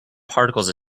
particles